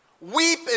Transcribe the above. Weep